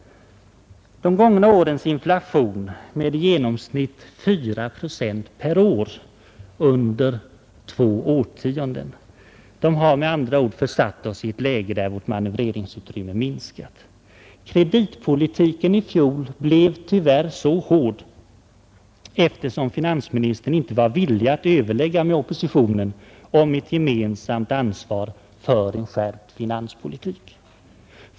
De gångna årens inflation — med i genomsnitt 4 procent per år under två årtionden — har med andra ord försatt oss i ett läge där vårt manövreringsutrymme minskat. Kreditpolitiken i fjol blev tyvärr mycket hård, eftersom finansministern inte var villig att överlägga med oppositionen om ett gemensamt ansvar för en skärpt finanspolitik.